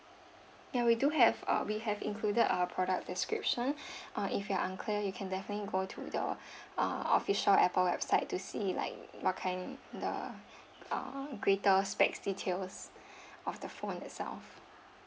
yeah we do have uh we have included our product description uh if you are unclear you can definitely go to the uh official apple website to see like what kind the err greater specs details of the phone itself